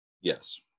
Yes